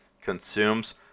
consumes